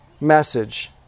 message